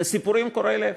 אלה סיפורים קורעי לב,